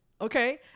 okay